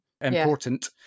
important